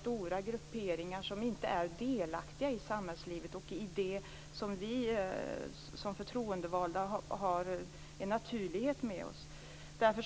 stora grupper som inte är delaktiga i samhällslivet och i det som vi förtroendevalda har med oss som något naturligt.